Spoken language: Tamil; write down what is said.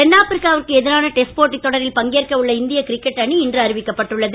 தென்னாப்பிரிக்காவுக்கு எதிரான டெஸ்ட் போட்டித்தொடரில் பங்கேற்கவுள்ள இந்திய கிரிக்கெட் அணி இன்று அறிவிக்கப்பட்டுள்ளது